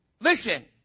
Listen